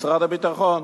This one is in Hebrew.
משרד הביטחון,